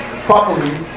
properly